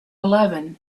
eleven